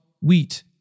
wheat